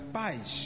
paz